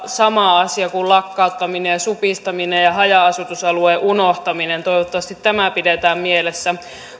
sama asia kuin lakkauttaminen supistaminen ja haja asutusalueen unohtaminen toivottavasti tämä pidetään mielessä